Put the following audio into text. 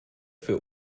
für